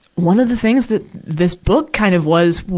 one of the things that this book kind of was,